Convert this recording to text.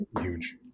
Huge